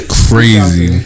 crazy